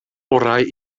orau